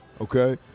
okay